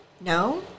No